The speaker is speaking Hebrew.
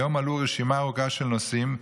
היום עלתה רשימה ארוכה של נושאים,